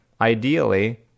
ideally